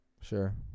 Sure